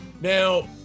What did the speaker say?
now